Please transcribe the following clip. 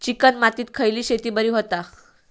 Chicken मातीत खयली शेती बरी होता?